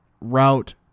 route